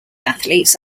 athletes